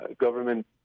government